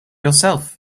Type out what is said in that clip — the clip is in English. yourself